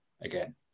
again